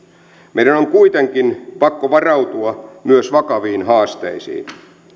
meidän on kuitenkin pakko varautua myös vakaviin haasteisiin